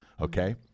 okay